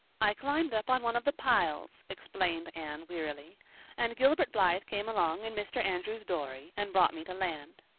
i climbed up on one of the piles, explained anne wearily, and gilbert blythe came along in mr. andrews's dory and brought me to land.